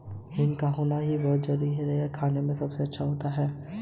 digital marketing की सहायता से कम समय में ज्यादा लोगो तक पंहुचा जा सकता है